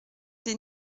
des